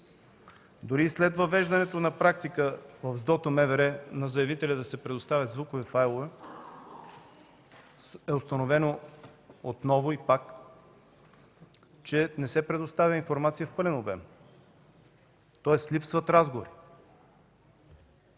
Дори и след въвеждането на практика в СДОТО – МВР, на заявителя да се предоставят звукови файлове, е установено отново и пак, че не се предоставя информация в пълен обем, тоест липсват разговори.